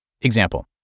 Example